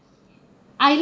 I like